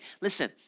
listen